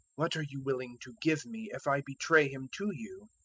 what are you willing to give me if i betray him to you?